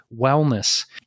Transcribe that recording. wellness